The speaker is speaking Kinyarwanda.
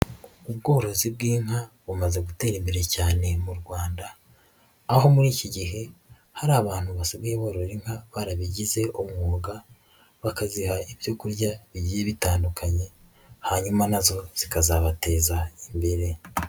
Ubworozi bw'inka bumaze gutera imbere cyane mu Rwanda aho muri iki gihe hari abantu basigaye borora inka barabigize umwuga, bakaziha ibyo kurya bigiye bitandukanye hanyuma nazo zikazabateza imbere.